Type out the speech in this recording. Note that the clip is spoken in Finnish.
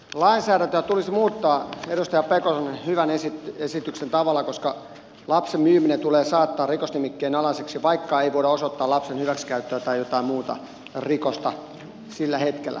lainsäädäntöä tulisi muuttaa edustaja pekosen hyvän esityksen tavalla koska lapsen myyminen tulee saattaa rikosnimikkeen alaiseksi vaikka ei voida osoittaa lapsen hyväksikäyttöä tai jotain muuta rikosta sillä hetkellä